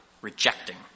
rejecting